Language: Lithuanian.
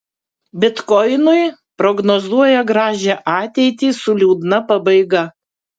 bitkoinui prognozuoja gražią ateitį su liūdna pabaiga